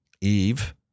Eve